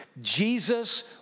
Jesus